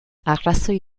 arrazoi